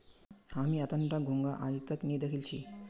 हामी अट्टनता घोंघा आइज तक नी दखिल छि